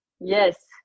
yes